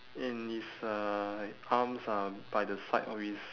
and his uh like arms are by the side of his